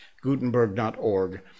gutenberg.org